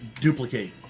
duplicate